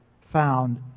found